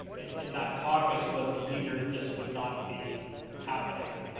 in that caucus was the leader this would not be happening.